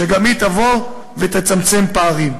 שגם היא תבוא ותצמצם פערים.